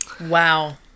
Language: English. Wow